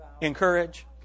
Encourage